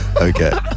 Okay